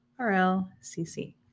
RLCC